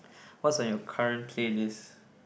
what's on your current playlist